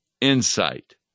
insight